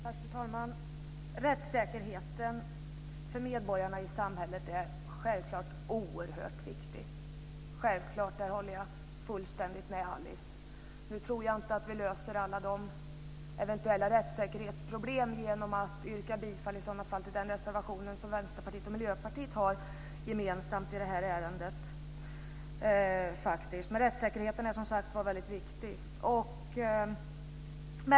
Fru talman! Rättssäkerheten för medborgarna i samhället är självklart oerhört viktig. Där håller jag fullständigt med Alice Åström. Nu tror jag inte att vi löser alla eventuella rättssäkerhetsproblem genom att yrka bifall till den reservation som Vänsterpartiet och Miljöpartiet har gemensamt i detta ärende. Men rättssäkerheten är som sagt väldigt viktig.